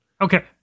Okay